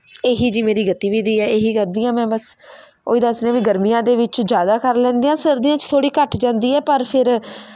ਇਹੀ ਜੀ ਮੇਰੀ ਗਤੀਵਿਧੀ ਹੈ ਇਹੀ ਕਰਦੀ ਹਾਂ ਮੈਂ ਬਸ ਉਹੀ ਦੱਸ ਰਹੀ ਹਾਂ ਵੀ ਗਰਮੀਆਂ ਦੇ ਵਿੱਚ ਜ਼ਿਆਦਾ ਕਰ ਲੈਂਦੇ ਹਾਂ ਸਰਦੀਆਂ 'ਚ ਥੋੜ੍ਹੀ ਘੱਟ ਜਾਂਦੀ ਹੈ ਪਰ ਫਿਰ